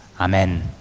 Amen